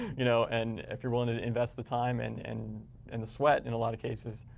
you know and if you're willing to invest the time and and and the sweat, in a lot of cases,